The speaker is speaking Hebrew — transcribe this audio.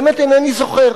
באמת אינני זוכר.